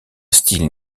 style